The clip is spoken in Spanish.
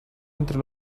entre